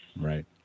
Right